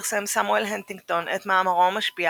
פרסם סמואל הנטינגטון את מאמרו המשפיע